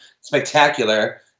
spectacular